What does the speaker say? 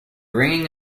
ringing